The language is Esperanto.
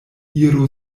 iru